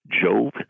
Jove